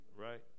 right